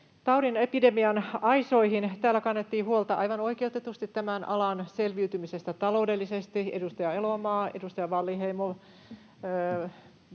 taudin, epidemian, aisoihin. Täällä kannettiin huolta aivan oikeutetusti tämän alan selviytymisestä taloudellisesti: edustaja Elomaa, edustaja Wallinheimo,